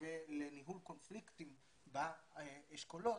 ולניהול קונפליקטים באשכולות.